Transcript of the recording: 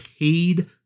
paid